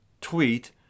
tweet